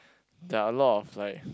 there are a lot of like